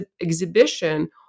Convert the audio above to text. exhibition